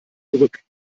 zurück